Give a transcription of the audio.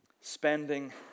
Spending